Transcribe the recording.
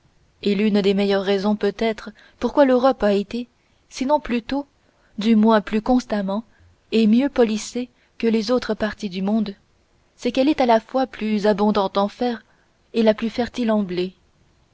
et l'une des meilleures raisons peut-être pourquoi l'europe a été sinon plus tôt du moins plus constamment et mieux policée que les autres parties du monde c'est qu'elle est à la fois la plus abondante en fer et la plus fertile